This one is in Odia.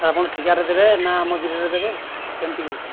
ଆପଣ ଠିକାରେ ଦେବେ ନା ମଜୁରୀରେ ଦେବେ କେମିତି କିସ